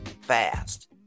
fast